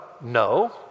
No